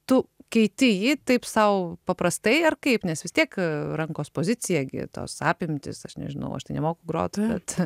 tu keiti jį taip sau paprastai ar kaip nes vis tiek rankos pozicija gitos apimtis aš nežinau aš nemoku groti mat